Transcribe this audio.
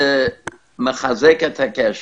זה מחזק את הקשר.